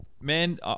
man